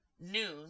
noon